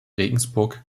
regensburg